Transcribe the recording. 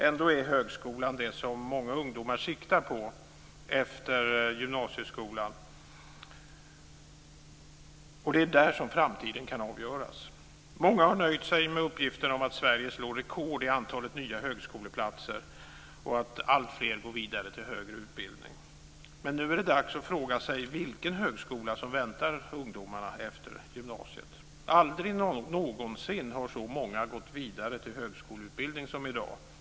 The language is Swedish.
Ändå är högskolan det som många ungdomar siktar på efter gymnasieskolan. Och det är där som framtiden kan avgöras. Många har nöjt sig med uppgiften om att Sverige slår rekord i antalet nya högskoleplatser och att alltfler går vidare till högre utbildning. Men nu är det dags att fråga sig vilken högskola som väntar ungdomarna efter gymnasiet. Aldrig någonsin har så många gått vidare till högskoleutbildning som i dag.